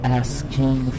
asking